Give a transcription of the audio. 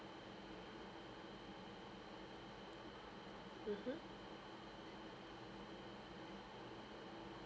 mmhmm